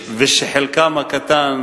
ושחלקם הקטן